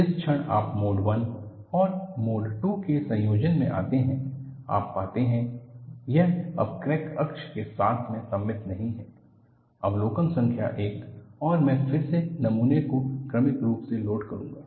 जिस क्षण आप मोड 1 और मोड 2 के संयोजन में आते हैं आप पाते हैं यह अब क्रैक अक्ष के साथ में सममित नहीं है अवलोकन संख्या एक और मैं फिर से नमूना को क्रमिक रूप से लोड करूंगा